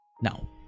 now